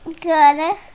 Good